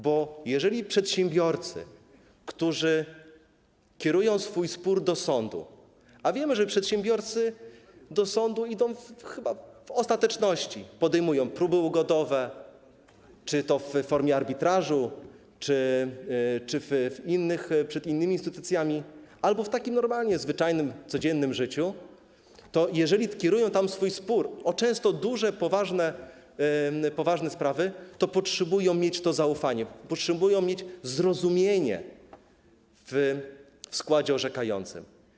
Bo jeżeli przedsiębiorcy, którzy kierują swój spór do sądu - a wiemy, że przedsiębiorcy do sądu idą chyba w ostateczności, podejmują próby ugodowe, czy to w formie arbitrażu, czy przed innymi instytucjami, albo w takim normalnym, zwyczajnym, codziennym życiu - jeżeli kierują tam swój spór o często duże, poważne sprawy, to potrzebują mieć zaufanie, potrzebują mieć zrozumienie w składzie orzekającym.